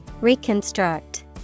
Reconstruct